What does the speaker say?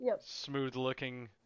smooth-looking